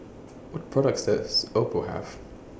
What products Does Oppo Have